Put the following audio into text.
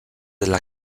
della